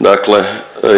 dakle